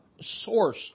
source